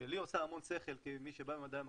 שלי עושה המון שכל, כמי שבא ממדעי המחשב,